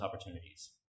opportunities